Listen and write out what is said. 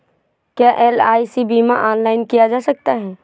क्या एल.आई.सी बीमा ऑनलाइन किया जा सकता है?